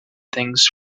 things